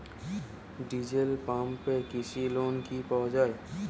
Diesel pump কৃষি লোনে কি পাওয়া য়ায়?